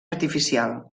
artificial